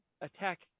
attack